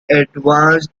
advanced